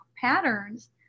patterns